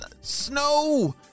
snow